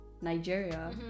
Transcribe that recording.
nigeria